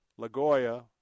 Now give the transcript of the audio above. LaGoya